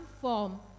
form